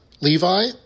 Levi